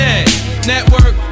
network